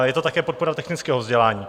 Je to také podpora technického vzdělání.